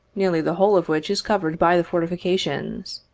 nearly the whole of which is covered by the fortifications.